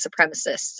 supremacists